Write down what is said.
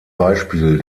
beispiel